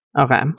Okay